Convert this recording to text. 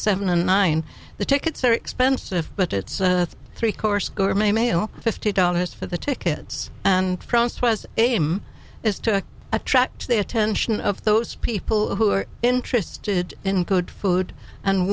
seven and nine the tickets are expensive but it's a three course gourmet meal fifty dollars for the tickets and franoise aim is to attract the attention of those people who are interested in good food and